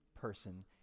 person